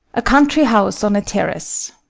a country house on a terrace.